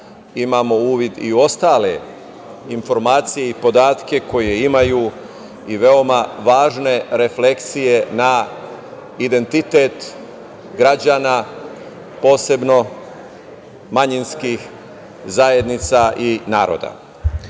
imamo uvid i u ostale informacije i podatke koje imaju i veoma važne refleksije na identitet građana, posebno manjinskih zajednica i naroda.